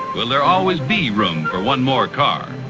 will there always be room for one more car?